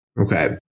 Okay